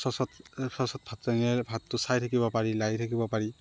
চচত চচত ভাত ৰান্ধিলে ভাতটো চাই থাকিব পাৰি লাই থাকিব পাৰি